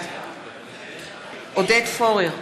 בעד עודד פורר,